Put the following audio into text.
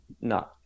no